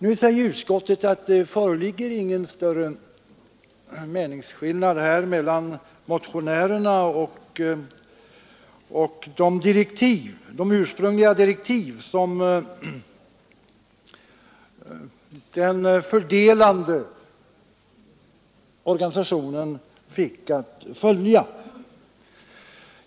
Nu säger utskottet att det föreligger ingen större skillnad mellan motionärernas förslag och de ursprungliga direktiv som den fördelande organisationen fick att följa.